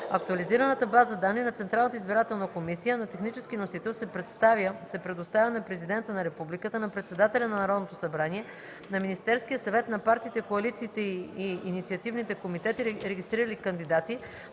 Актуализираната база данни на Централната избирателна комисия на технически носител се предоставя на президента на републиката, на председателя на Народното събрание, на Министерския съвет, на партиите, коалициите и инициативните комитети, регистрирали кандидати,